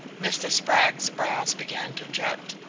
mr. spragg's brows began to jut.